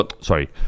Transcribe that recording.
sorry